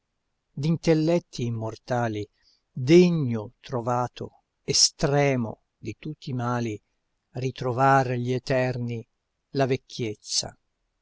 d'intelletti immortali degno trovato estremo di tutti i mali ritrovàr gli eterni la vecchiezza